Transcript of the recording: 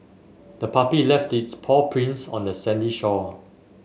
the puppy left its paw prints on the sandy shore